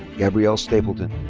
gabrielle stapleton.